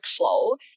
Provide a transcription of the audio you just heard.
workflow